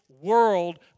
world